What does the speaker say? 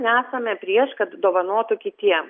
nesame prieš kad dovanotų kitiem